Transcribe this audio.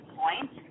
point